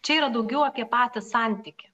čia yra daugiau apie patį santykį